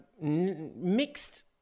mixed